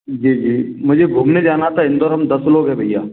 जी जी मुझे घूमने जाना था इंदौर हम दस लोग हैं भैया